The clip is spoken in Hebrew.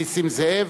נסים זאב.